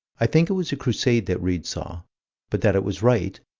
i think it was a crusade that read saw but that it was right,